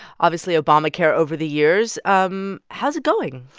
obviously, obamacare over the years. um how's it going?